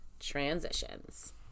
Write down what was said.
Transitions